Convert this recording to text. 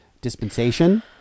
dispensation